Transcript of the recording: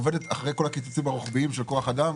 אחרי כל הקיצוצים הרוחביים של כוח אדם,